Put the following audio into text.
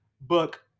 book